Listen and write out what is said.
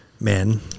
men